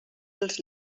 dels